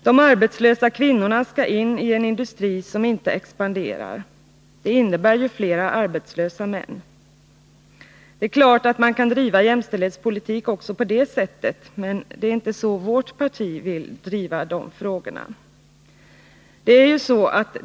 De arbetslösa kvinnorna skall in i en industri som inte expanderar. Det innebär flera arbetslösa män. Det är klart att man kan driva jämställdhetspolitik också på det sättet, men det är inte så vårt parti vill driva de frågorna.